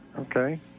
Okay